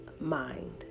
mind